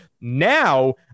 Now